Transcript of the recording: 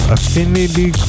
Affinity